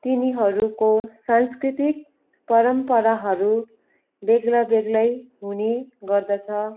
तिनीहरूको सांस्कृतिक परम्पराहरू बेग्लाबेग्लै हुने गर्दछ